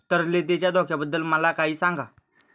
तरलतेच्या धोक्याबद्दल मला काही सांगा